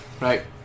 Right